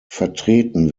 vertreten